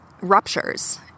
ruptures